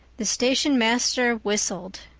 the stationmaster whistled.